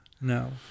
No